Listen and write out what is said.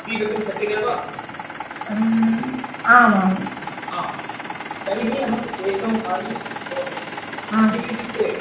स्वीकर्तुं शक्यते वा आम् आम् आम् तर्हि अहम् एकं कार्यं करोमि किमित्युक्ते